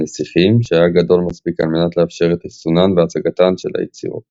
הנסיכים שהיה גדול מספיק על מנת לאפשר את אחסונן והצגתן של היצירות.